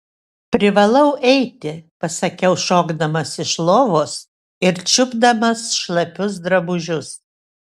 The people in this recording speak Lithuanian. privalau eiti pasakiau šokdamas iš lovos ir čiupdamas šlapius drabužius